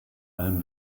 allem